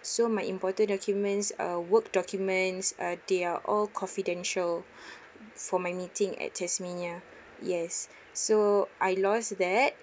so my important documents uh work documents uh they are all confidential for my meeting at tasmania yes so I lost that